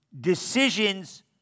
decisions